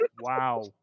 Wow